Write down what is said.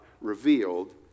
revealed